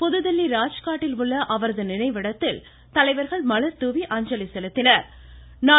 புதுதில்லி ராஜ்காட்டில் உள்ள அவரது நினைவிடத்தில் தலைவர்கள் மலர் அஞ்சலி செலுத்தினார்கள்